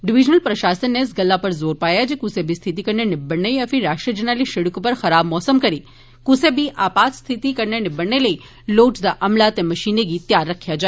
divisional प्रशासन नै इस गल्ला उप्पर जोर पाया ऐ जे कुसै बी स्थिति कन्नै निबड़ने यां फ्ही राष्ट्रीय जरनैली शिड़क उप्पर खराब मौसम करी कुसै बी आपात स्थिति कर्न्नै निबड़ने लेई लोड़चदा अमला ते मशीनें गी तैयार रक्खेआ जा